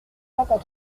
enfant